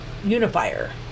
unifier